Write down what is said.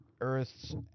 Earth's